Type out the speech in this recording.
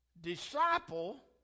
disciple